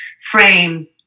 frame